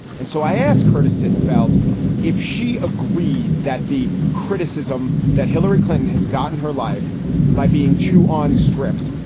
and so i ask her to sit and felt if she agreed that the criticism that hillary clinton has gotten her life by being too on script,